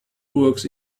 works